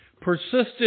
Persistent